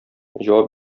җавап